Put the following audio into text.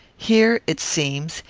here, it seems,